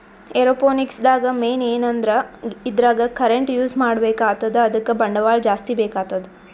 aeroponics ದಾಗ್ ಮೇನ್ ಏನಂದ್ರ ಇದ್ರಾಗ್ ಕರೆಂಟ್ ಯೂಸ್ ಮಾಡ್ಬೇಕ್ ಆತದ್ ಅದಕ್ಕ್ ಬಂಡವಾಳ್ ಜಾಸ್ತಿ ಬೇಕಾತದ್